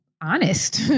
honest